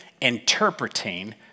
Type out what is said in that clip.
interpreting